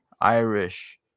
Irish